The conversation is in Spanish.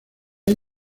hay